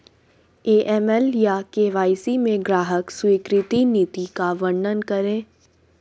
AML या KYC में ग्राहक स्वीकृति नीति का वर्णन करें?